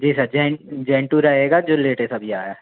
जी sir gen gen two रहेगा जो latest अभी आया है